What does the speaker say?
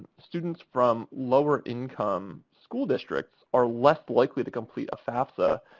students from lower-income school districts are less likely to complete a fafsa,